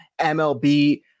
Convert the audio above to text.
mlb